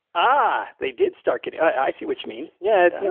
ah, they did start getting, i see what you mean. yeah.